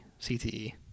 CTE